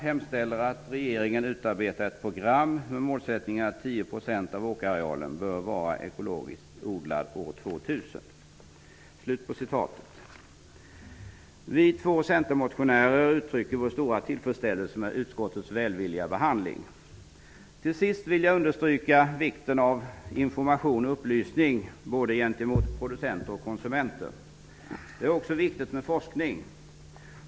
hemställer att regeringen utarbetar ett program med målsättningen att 10 % av åkerarealen bör vara ekologiskt odlad år 2000.'' Vi två centermotionärer uttrycker vår stora tillfredsställelse med utskottets välvilliga behandling. Till sist vill jag understryka vikten av information och upplysning gentemot både producenter och konsumenter. Det är också viktigt med forskning.